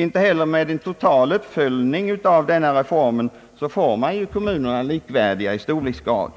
Inte heller med total uppföljning av denna reform får man kommunerna likvärdiga i fråga om storlek